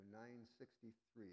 963